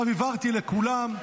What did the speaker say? עכשיו הבהרתי לכולם.